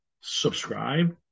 subscribe